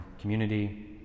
community